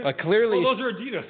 Clearly